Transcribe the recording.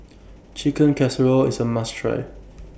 Chicken Casserole IS A must Try